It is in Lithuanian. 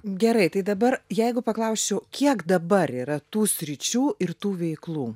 gerai tai dabar jeigu paklausčiau kiek dabar yra tų sričių ir tų veiklų